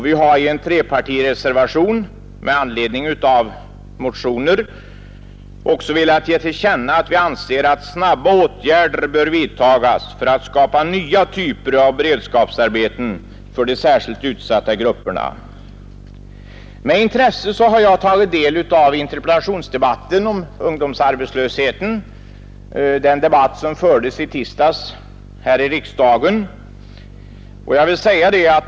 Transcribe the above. Vi har i en trepartireservation med anledning av motioner också velat ge till känna att vi anser att snabba åtgärder bör vidtagas för att skapa nya typer av beredskapsarbeten för de särskilt utsatta grupperna. Med intresse har jag tagit del av den interpellationsdebatt om ungdomsarbetslösheten som fördes här i riksdagen i tisdags.